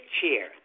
chair